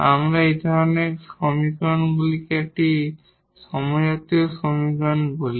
আমরা এই ধরনের সমীকরণগুলিকে একটি হোমোজিনিয়াস সমীকরণ বলি